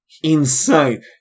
Insane